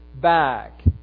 back